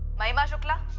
mahima shukla?